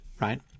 right